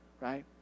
right